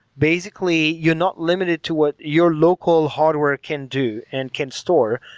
basically, you're not limited to what your local hardware can do and can store.